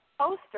poster